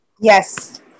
Yes